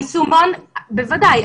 בוודאי.